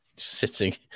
Sitting